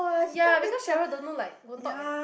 ya because Sheryl don't know like won't talk eh